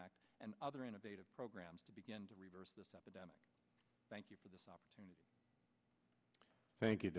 act and other innovative programs to begin to reverse this epidemic thank you for this opportunity thank you